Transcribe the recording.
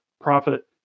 Profit